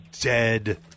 Dead